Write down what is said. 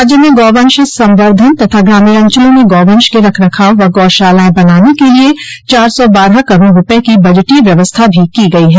राज्य में गौवंश संवर्धन तथा ग्रामीण अंचलों में गौवंश के रख रखाव व गौशालाएं बनाने के लिये चार सौ बारह करोड़ रूपये की बजटीय व्यवस्था भी की गई है